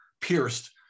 pierced